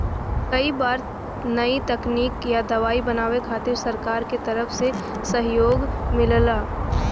कई बार नया तकनीक या दवाई बनावे खातिर सरकार के तरफ से सहयोग मिलला